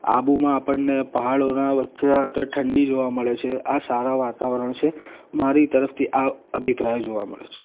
આબુમાં આપણને પહાડોના વચ્ચે ઠંડી જોવા મળે છે આ સારાં વાતાવરણ છે મારી તરફથી આ અભિપ્રાયો જોવા મળે છે